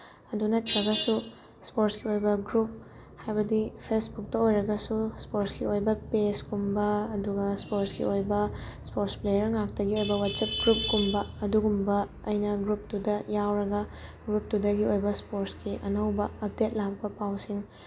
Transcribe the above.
ꯑꯗꯨ ꯅꯠꯇ꯭ꯔꯒꯁꯨ ꯏꯁꯄꯣꯔꯠꯁꯀꯤ ꯑꯣꯏꯕ ꯒ꯭ꯔꯨꯞ ꯍꯥꯏꯕꯗꯤ ꯐꯦꯁꯕꯨꯛꯇ ꯑꯣꯏꯔꯒꯁꯨ ꯏꯁꯄꯣꯔꯠꯁꯀꯤ ꯑꯣꯏꯕ ꯄꯦꯖꯀꯨꯝꯕ ꯑꯗꯨꯒ ꯏꯁꯄꯣꯔꯠꯁꯀꯤ ꯑꯣꯏꯕ ꯏꯁꯄꯣꯔꯠꯁ ꯄ꯭ꯂꯦꯌꯔ ꯉꯥꯛꯇꯒꯤ ꯑꯣꯏꯕ ꯋꯥꯆꯦꯞ ꯒ꯭ꯔꯨꯞꯀꯨꯝꯕ ꯑꯗꯨꯒꯨꯝꯕ ꯑꯩꯅ ꯒ꯭ꯔꯨꯞꯇꯨꯗ ꯌꯥꯎꯔꯒ ꯒ꯭ꯔꯨꯞꯇꯨꯗꯒꯤ ꯑꯣꯏꯕ ꯏꯁꯄꯣꯔꯠꯁꯀꯤ ꯑꯅꯧꯕ ꯑꯞꯗꯦꯠ ꯂꯥꯛꯄ ꯄꯥꯎꯁꯤꯡ